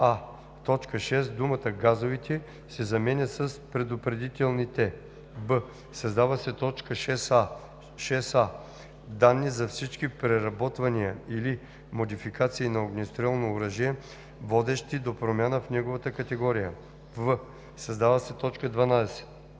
т. 6 думата „газовите“ се заменя с „предупредителните“; б) създава се т. 6а: „6а. данни за всички преработвания или модификации на огнестрелно оръжие, водещи до промяна в неговата категория;“ в) създава се т. 12: